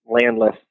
landless